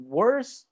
worse